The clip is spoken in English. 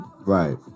Right